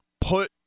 put